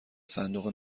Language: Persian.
صندوق